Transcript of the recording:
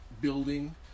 building